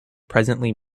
presently